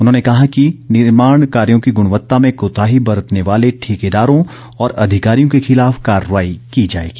उन्होंने कहा कि निर्माण कायोँ की गुणवत्ता में कोताही बरतने वाले ठेकेदारों और अधिंकारियों के खिलाफ कार्रवाई की जाएगी